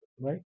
right